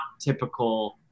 typical